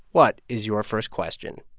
what is your first question?